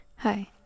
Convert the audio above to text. Hi